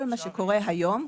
כל מה שקורה היום,